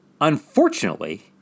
unfortunately